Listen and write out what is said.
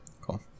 Cool